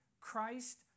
Christ